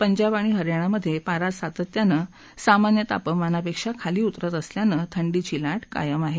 पंजाब आणि हरयाणामध्ये पारा सातत्यानं सामान्य तापमानापेक्षा खाली उतरत असल्यानं थंडीची ला कायम आहे